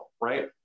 right